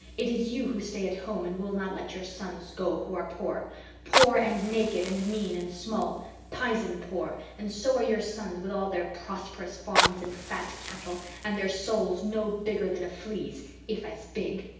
it is you who stay at home and will not let your sons go who are poor poor and naked and mean and small pisen poor, and so are your sons, with all their prosperous farms and fat cattle and their souls no bigger than a flea's if as big.